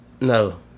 no